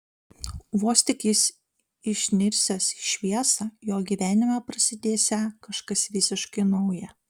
vos tik jis išnirsiąs į šviesą jo gyvenime prasidėsią kažkas visiškai nauja